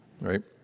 right